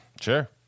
Sure